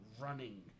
running